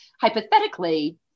hypothetically